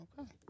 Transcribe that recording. Okay